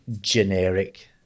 generic